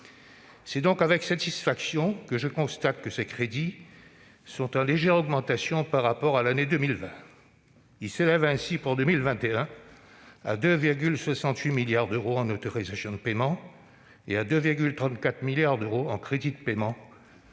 C'est donc avec satisfaction que je constate une légère augmentation par rapport à l'année 2020. Ces crédits s'élèvent ainsi, pour 2021, à 2,68 milliards d'euros en autorisations d'engagement et à 2,34 milliards d'euros en crédits de paiement,